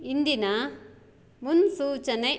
ಇಂದಿನ ಮುನ್ಸೂಚನೆ